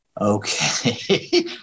Okay